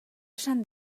esan